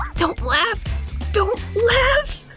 don't laugh don't laugh,